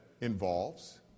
involves